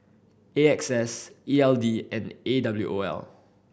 A X S E L D and A W O L